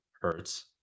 hertz